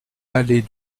allée